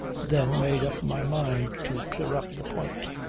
then made up my mind to clear up the point.